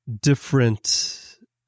different